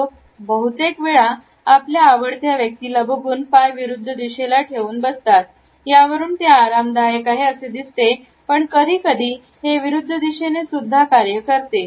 लोक बहुतेक वेळा आपल्या आवडत्या व्यक्तीला बघून पाय विरुद्ध दिशेला ठेवून बसतात यावरून ते आरामदायक आहे असे दिसते पण कधीकधी हे विरुद्ध दिशेने सुद्धा कार्य करते